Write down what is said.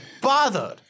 bothered